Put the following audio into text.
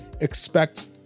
expect